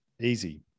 easy